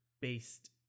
based